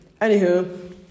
Anywho